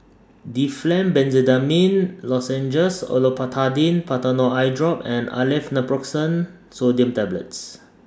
Difflam Benzydamine Lozenges Olopatadine Patanol Eyedrop and Aleve Naproxen Sodium Tablets